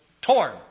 torn